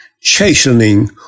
chastening